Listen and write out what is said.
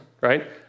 right